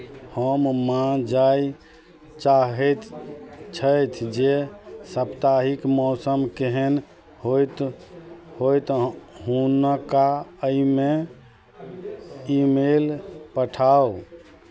हम माँ जाए चाहैत छथि जे साप्ताहिक मौसम केहन होइत होइ तँ हुनका एहिमे ईमेल पठाउ